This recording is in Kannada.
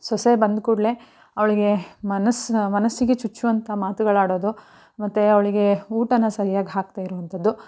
ಸೊಸೆ ಬಂದ ಕೂಡಲೇ ಅವಳಿಗೆ ಮನಸ್ಸು ಮನಸ್ಸಿಗೆ ಚುಚ್ಚುವಂಥ ಮಾತುಗಳಾಡೋದು ಮತ್ತು ಅವಳಿಗೆ ಊಟನ ಸರಿಯಾಗಿ ಹಾಕದೇ ಇರೋವಂಥದ್ದು